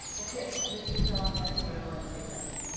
okay. mr. kellogg, afterward i want to say something.